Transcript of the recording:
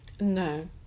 No